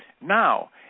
Now